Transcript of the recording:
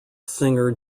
singer